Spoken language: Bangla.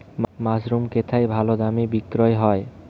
মাসরুম কেথায় ভালোদামে বিক্রয় হয়?